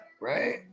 right